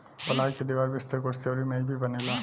पलाई के दीवार, बिस्तर, कुर्सी अउरी मेज भी बनेला